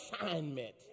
assignment